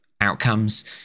outcomes